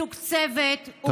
מתוקצבת, תודה.